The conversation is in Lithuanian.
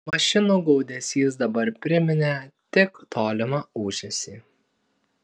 mašinų gaudesys dabar priminė tik tolimą ūžesį